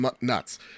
nuts